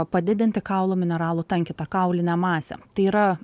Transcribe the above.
padidinti kaulų mineralų tankį tą kaulinę masę tai yra